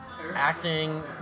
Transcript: acting